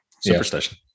Superstition